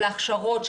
של ההכשרות,